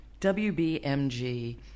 WBMG